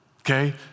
okay